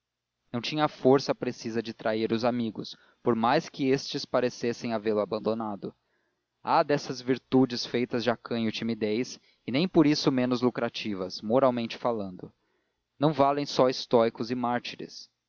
não tinha a força precisa de trair os amigos por mais que estes parecessem havê lo abandonado há dessas virtudes feitas de acanho e timidez e nem por isso menos lucrativas moralmente falando não valem só estoicos e mártires